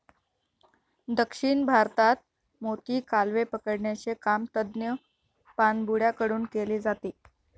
दक्षिण भारतात मोती, कालवे पकडण्याचे काम तज्ञ पाणबुड्या कडून केले जाते